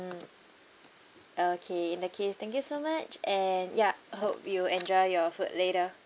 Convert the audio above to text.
mm okay in that case thank you so much and ya hope you enjoy your food later